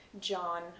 John